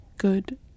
good